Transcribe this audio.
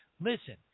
listen